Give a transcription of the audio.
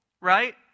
right